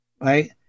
right